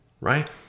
right